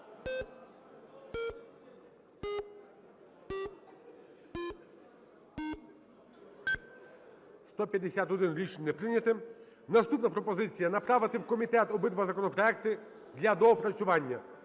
За-151 Рішення не прийнято. Наступна пропозиція – направити в комітет обидва законопроекти для доопрацювання.